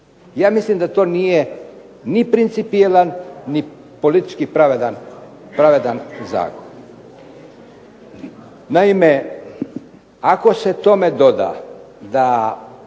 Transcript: Ja mislim da to nije ni principijelan ni politički pravedan zakon. Naime, ako se tome doda da